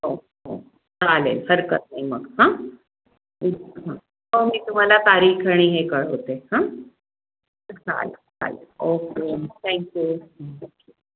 हो हो चालेल हरकत नाही मग हां हां हो मी तुम्हाला तारीख आणि हे कळवते हां चालेल चालेल ओके थँक्यू थँक्यू